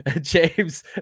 James